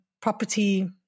property